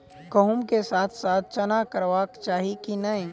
गहुम केँ साथ साथ चना करबाक चाहि की नै?